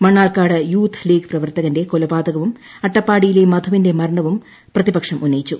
Mannarkkad youth league പ്രവർത്തകന്റെ കൊലപാതകവും അട്ടപ്പാടിയിലെ മധുവിന്റെ മരണവും പ്രതിപക്ഷം ഉന്നവിച്ചു